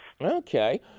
Okay